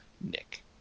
Nick